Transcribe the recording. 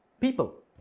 people